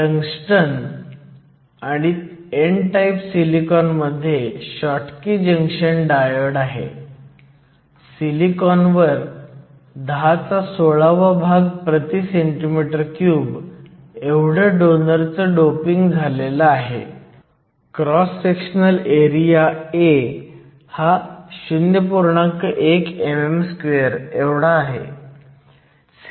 तर NA Wp ND Wn म्हणून जेव्हा ND हा NA पेक्षा खूप मोठा असतो याचा अर्थ Wn हा Wp पेक्षा खूपच लहान आहे जेणेकरून डिप्लीशन रुंदी जवळजवळ पूर्णपणे p बाजूला असेल